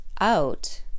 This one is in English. out